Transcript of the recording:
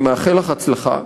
אני מאחל לך הצלחה,